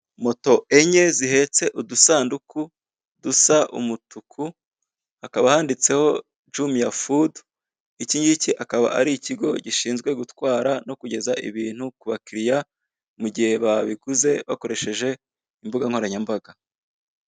Moto enye zihetse udusanduku dusa umutku, hakaba handitseho jumiya fudu. Iki ngiki akaba ari ikigo gishinzwe gutwara no kugeza ibintu ku bakiriya mu igihe babiguze bakoresheje imbuga nkoranyambaga.